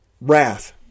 wrath